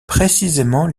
précisément